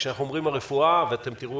כאשר אנחנו אומרים הרפואה אתם תראו